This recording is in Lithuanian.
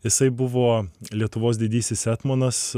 jisai buvo lietuvos didysis etmonas